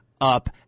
up